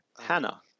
Hannah